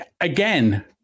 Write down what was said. again